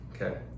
Okay